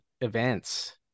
events